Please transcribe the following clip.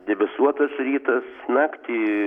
debesuotas rytas naktį